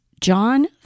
John